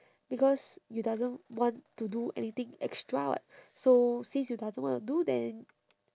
because you doesn't want to do anything extra [what] so since you doesn't want to do then